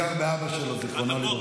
אפשר להרגיש אותו בזכות ינון.